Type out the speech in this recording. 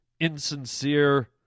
insincere